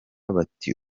bati